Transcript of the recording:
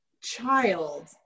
child